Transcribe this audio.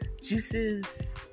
juices